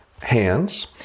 hands